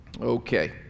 Okay